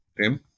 Tim